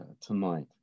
tonight